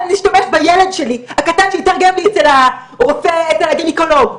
אז נשתמש בילד שלי הקטן שיתרגם אצל הרופא הגניקולוג.